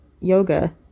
Yoga